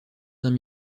saint